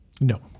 No